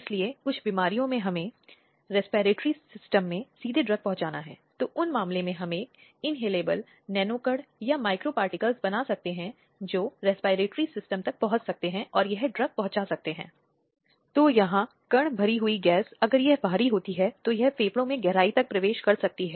इसी तरह बार बार अपराधी द्वारा सामूहिक बलात्कार या बलात्कार जो बार बार अपराध को दोहराता है ऐसे सभी मामलों को अब धारा 376 ए बी सी डी और कुछ वर्गों में शामिल किया गया है जिनका ध्यान रखना है यह भयावह अपराध जो एक महिला पर अपराध है